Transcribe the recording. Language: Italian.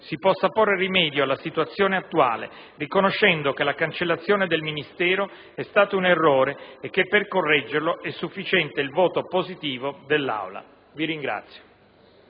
si possa porre rimedio alla situazione attuale, riconoscendo che la cancellazione del Ministero è stata un errore e che per correggerlo è sufficiente il voto positivo dell'Aula. *(Applausi